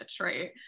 Right